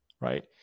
right